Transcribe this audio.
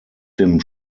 dem